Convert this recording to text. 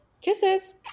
Kisses